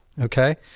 Okay